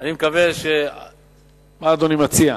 מה אדוני מציע?